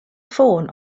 ffôn